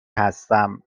هستم